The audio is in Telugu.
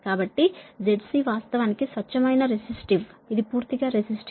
కాబట్టి ZC వాస్తవానికి స్వచ్ఛమైన రెసిస్టివ్ ఇది పూర్తిగా రెసిస్టివ్